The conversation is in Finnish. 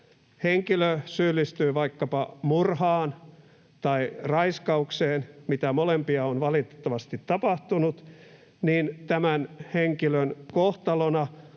henkilö syyllistyy vaikkapa murhaan tai raiskaukseen, mitä molempia on valitettavasti tapahtunut, niin tämän henkilön kohtalona